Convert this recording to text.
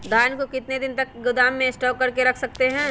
धान को कितने दिन को गोदाम में स्टॉक करके रख सकते हैँ?